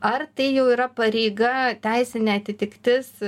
ar tai jau yra pareiga teisinė atitiktis